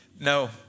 no